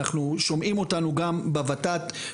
שומעים אותנו גם בות"ת,